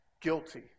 guilty